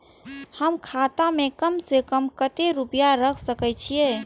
हम खाता में कम से कम कतेक रुपया रख सके छिए?